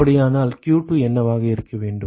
அப்படியானால் q2 என்னவாக இருக்க வேண்டும்